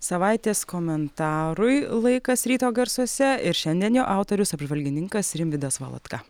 savaitės komentarui laikas ryto garsuose ir šiandien jo autorius apžvalgininkas rimvydas valatka